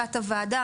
לבקשת הוועדה,